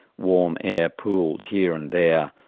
warm air pooled here and there,